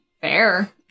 fair